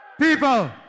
People